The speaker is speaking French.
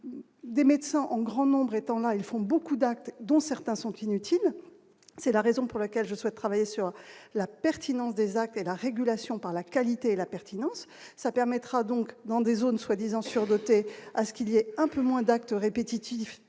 des médecins en grand nombre étant étendant ils font beaucoup d'actes dont certains sont inutiles, c'est la raison pour laquelle je souhaite travailler sur la pertinence des actes et la régulation par la qualité et la pertinence, ça permettra donc dans des zones soi-disant surdotées à ce qu'il y a un peu moins d'actes répétitifs